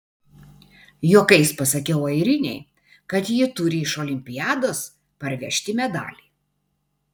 juokais pasakiau airinei kad ji turi iš olimpiados parvežti medalį